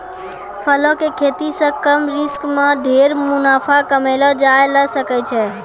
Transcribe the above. फलों के खेती सॅ कम रिस्क मॅ ढेर मुनाफा कमैलो जाय ल सकै छै